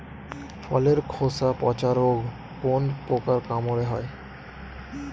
ফলের খোসা পচা রোগ কোন পোকার কামড়ে হয়?